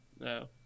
No